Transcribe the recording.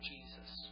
Jesus